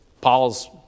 Paul's